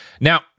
Now